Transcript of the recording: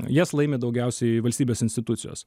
jas laimi daugiausiai valstybės institucijos